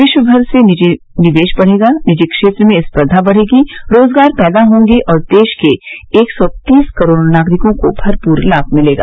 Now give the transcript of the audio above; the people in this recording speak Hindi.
विश्व भर से निजी निवेश बढ़ेगा निजी क्षेत्र में सर्घा बढ़ेगी रोजगार पैदा होंगे और देश के एक सौ तीस करोड़ नागरिकों को भरपूर लाभ मिलेगा